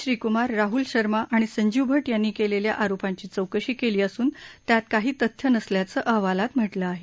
श्रीकुमार राहुल शर्मा आणि संजीव भट यांनी केलेल्या आरोपांची चौकशी केली असून त्यात काही तथ्य नसल्याच अहवालात म्हटलं आहे